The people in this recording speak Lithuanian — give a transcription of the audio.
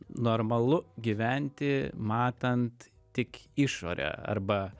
normalu gyventi matant tik išorę arba